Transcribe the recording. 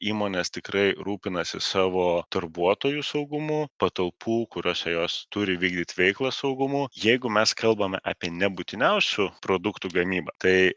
įmonės tikrai rūpinasi savo darbuotojų saugumu patalpų kuriose jos turi vykdyt veiklą saugumu jeigu mes kalbame apie nebūtiniausių produktų gamybą tai